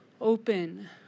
Open